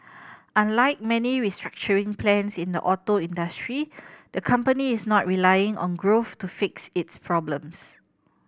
unlike many restructuring plans in the auto industry the company is not relying on growth to fix its problems